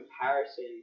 comparison